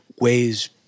ways